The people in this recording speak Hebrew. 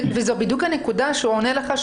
זאת בדיוק הנקודה שהוא עונה לך,